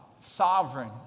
sovereign